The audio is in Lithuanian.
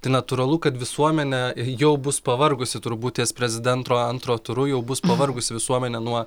tai natūralu kad visuomenė jau bus pavargusi turbūt ties prezidento antru turu jau bus pavargus visuomenė nuo